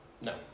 no